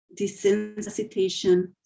desensitization